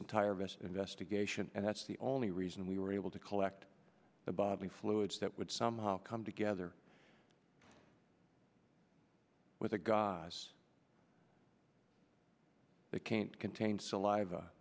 best investigation and that's the only reason we were able to collect the bodily fluids that would somehow come together with a yes they can't contain saliva